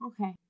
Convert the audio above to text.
Okay